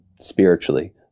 spiritually